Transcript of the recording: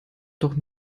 doch